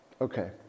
okay